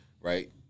right